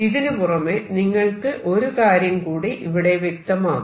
ഇതിനു പുറമെ നിങ്ങൾക്ക് ഒരു കാര്യം കൂടി ഇവിടെ വ്യക്തമാകും